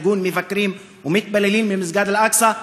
ארגון מבקרים ומתפללים ממסגד אל-אקצא,